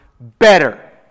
better